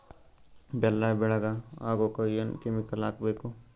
ಬೆಲ್ಲ ಬೆಳಗ ಆಗೋಕ ಏನ್ ಕೆಮಿಕಲ್ ಹಾಕ್ಬೇಕು?